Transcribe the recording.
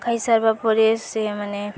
ଖାଇ ସାରିବା ପରେ ସେ ମାନେ